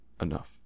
enough